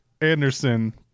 anderson